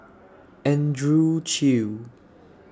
Andrew Chew